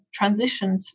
transitioned